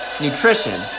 nutrition